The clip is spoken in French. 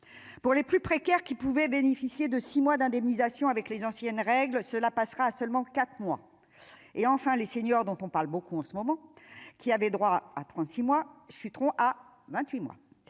pour les plus précaires qui pouvaient bénéficier de six mois d'indemnisation avec les anciennes règles cela passera à seulement 4 mois et enfin les seniors dont on parle beaucoup en ce moment, qui avait droit à 36 mois chuteront à 28 moi